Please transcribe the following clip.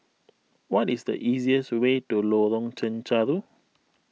what is the easiest way to Lorong Chencharu